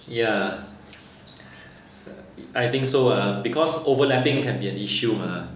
ya I think so ha because overlapping can be an issue mah